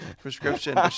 prescription